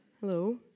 Hello